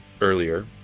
earlier